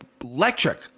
electric